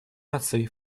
наций